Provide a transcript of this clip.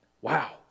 Wow